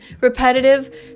repetitive